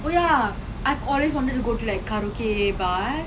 oh ya